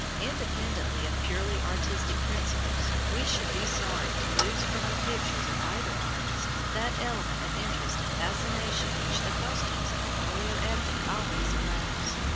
independently of purely artistic principles, we should be sorry to lose from the pictures of either artist that element of interest and fascination which the costumes of an earlier epoch always arouse.